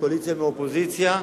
מהקואליציה ומהאופוזיציה,